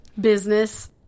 business